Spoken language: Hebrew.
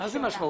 מה זה משמעות?